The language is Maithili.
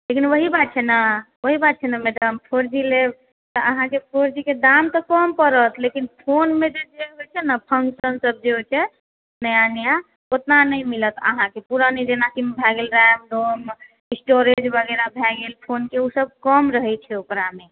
लेकिन वही बात छै ने वही बात छै ने मैडम फोर जी लेब तऽ अहाँके फोर जी के दाम तऽ कम पड़त लेकिन फोन मे जे होइ छै ने फंशन सब जे होइ छै नया नया ओतना नहि मिलत अहाँके पूरा नहि जेनाकि भए गेल रैम रोम स्टोरेज वगैरह भए गेल फोन के ओ सब कम रहै छै ओकरा मे